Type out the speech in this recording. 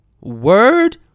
Word